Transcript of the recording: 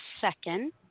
second